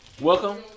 Welcome